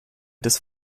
des